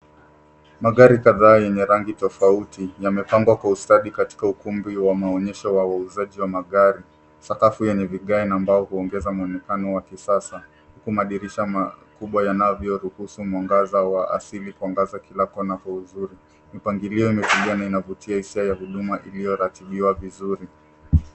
Magari kadhaa yenye rangi tofauti, yamepangwa kwa ustadi katika ukumbi wa maonyesho wa uuzaji wa gari. Sakafu yenye vigae na mbao uongeza mwonekano wa kisasa, huku madirisha makubwa yanavyoruhusu mwangaza wa asili kuangaza kila kona kwa uzuri. Mpangilio umepigwa na unavutua hisia ya vilimwa iliyo ratibiwa vizuri.